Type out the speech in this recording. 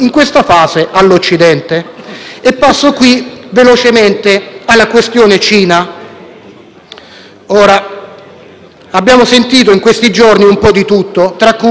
Cina. Abbiamo sentito in questi giorni un po' di tutto, come il pericolo della penetrazione commerciale cinese in Occidente.